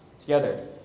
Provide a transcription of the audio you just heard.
together